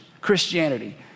Christianity